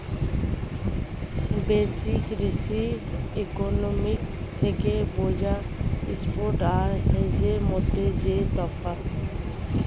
basic risk economics থেকে বোঝা spot আর হেজের মধ্যে যেই তফাৎ